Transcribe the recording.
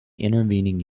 intervening